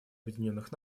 объединенных